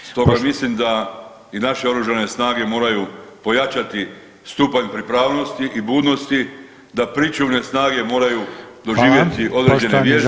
Stoga mislim da i naše Oružane snage moraju pojačati stupanj pripravnosti i budnosti, da pričuvne snage moraju doživjeti određene vježbe